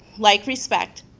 like respect,